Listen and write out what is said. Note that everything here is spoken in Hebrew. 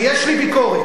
ויש לי ביקורת,